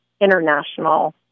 international